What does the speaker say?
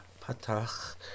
Patach